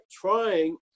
trying